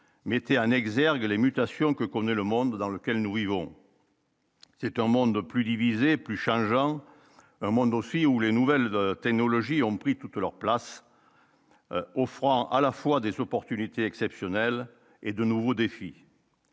mettez un exergue les mutations que connaît le monde dans lequel nous vivons. C'est un monde de plus divisée plus changeant un monde aussi où les nouvelles technologies ont pris toute leur place, offrant à la fois des opportunités exceptionnelles et de nouveaux défis.